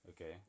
Okay